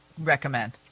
recommend